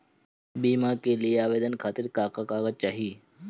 बीमा के लिए आवेदन खातिर का का कागज चाहि?